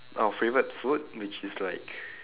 our favorite food which is like